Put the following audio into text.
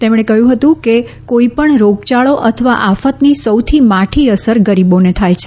તેમણે કહ્યું હતું કે કોઇપણ રોગયાળો અથવા આફતની સૌથી માઠી અસર ગરીબોને થાય છે